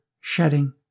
shedding